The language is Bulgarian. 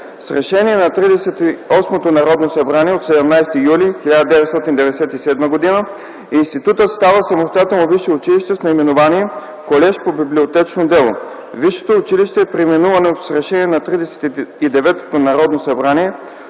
Тридесет и осмото Народно събрание от 17 юли 1997 г. институтът става самостоятелно висше училище с наименование „Колеж по библиотечно дело”. Висшето училище е преименувано с Решение на Тридесет и деветото Народно събрание